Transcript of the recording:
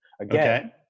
again